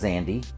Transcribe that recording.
Andy